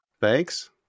Thanks